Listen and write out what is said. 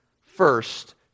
first